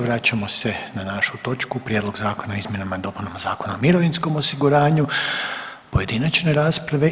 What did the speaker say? Vraćamo se na našu točku Prijedlog zakona o izmjenama i dopunama Zakona o mirovinskom osiguranju, pojedinačne rasprave.